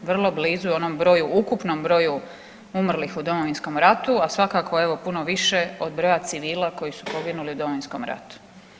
Vrlo blizu je onom broju ukupnom broju umrlih u Domovinskom ratu, a svakako evo puno više od broja civila koji su poginuli u Domovinskom ratu.